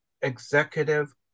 executive